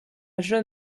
john